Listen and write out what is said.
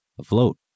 afloat